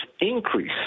increase